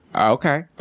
Okay